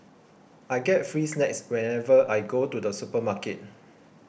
I get free snacks whenever I go to the supermarket